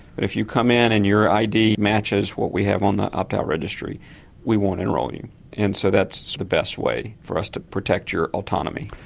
but if you come in and your id matches what we have on the opt out registry we won't enrol you and so that's the best way for us to protect your autonomy.